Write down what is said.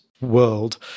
world